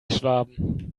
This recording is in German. schwaben